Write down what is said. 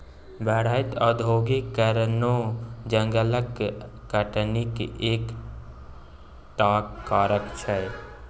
बढ़ैत औद्योगीकरणो जंगलक कटनीक एक टा कारण छै